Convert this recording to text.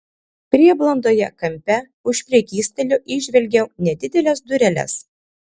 prieblandoje kampe už prekystalio įžvelgiau nedideles dureles